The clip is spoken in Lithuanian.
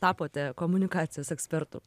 tapote komunikacijos ekspertu